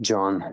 John